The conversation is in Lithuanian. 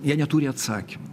jie neturi atsakymų